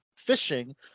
fishing